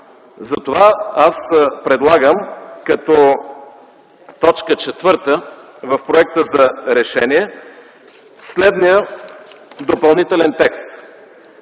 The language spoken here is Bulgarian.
Затова аз предлагам като т. 4 в Проекта за решение следният допълнителен текст: